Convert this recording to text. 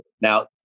Now